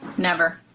never.